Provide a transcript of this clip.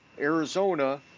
Arizona